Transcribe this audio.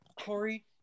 Corey